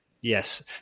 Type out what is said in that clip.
Yes